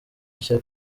nshya